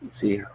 see